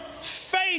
Faith